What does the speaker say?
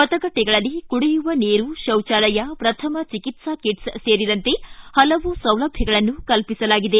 ಮತಗಟ್ಟಿಗಳಲ್ಲಿ ಕುಡಿಯುವ ನೀರು ಶೌಜಾಲಯ ಪ್ರಥಮ ಚಿಕಿತ್ಸೆ ಕಿಟ್ಸ್ ಸೇರಿದಂತೆ ಪಲವು ಸೌಲಭ್ಯಗಳನ್ನು ಕಲ್ಪಿಸಲಾಗಿದೆ